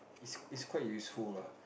is is quite useful lah